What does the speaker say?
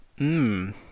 Mmm